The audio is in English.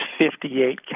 58